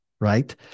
right